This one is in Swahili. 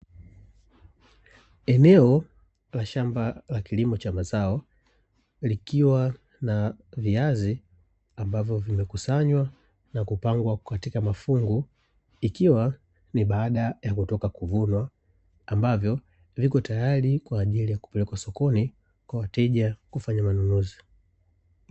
Eneo la shamba la kilimo cha mazao likiwa na viazi ambavyo vimekusanywa na kupangwa katika mafungu, ikiwa ni baada ya kutoka kuvunwa ambavyo viko tayari kwa ajili ya kupelekwa sokoni kwa wateja kufanya manunuzi.